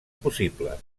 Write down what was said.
possibles